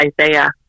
Isaiah